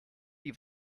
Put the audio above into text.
die